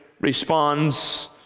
responds